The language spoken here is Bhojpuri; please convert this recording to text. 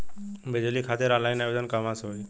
बिजली खातिर ऑनलाइन आवेदन कहवा से होयी?